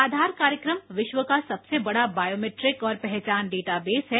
आधार कार्यक्रम विश्व का सबसे बड़ा बायोमीट्रिक और पहचान डेटा बेस है